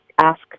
Ask